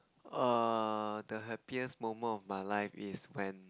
err the happiest moment of my life is when